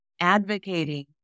advocating